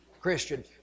Christian